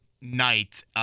night